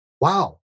wow